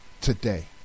today